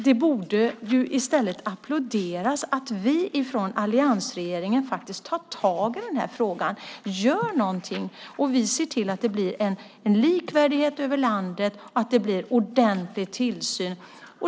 Därför tycker jag att det borde applåderas att alliansregeringen faktiskt tar tag i den här frågan, gör någonting och ser till att det blir en likvärdighet över landet och en ordentlig tillsyn.